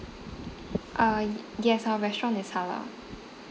uh yes our restaurant is halal